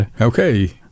Okay